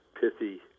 pithy